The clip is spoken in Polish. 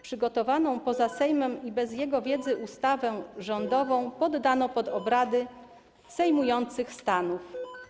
Przygotowaną poza Sejmem i bez jego wiedzy ustawę rządową poddano pod obrady sejmujących stanów.